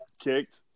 kicked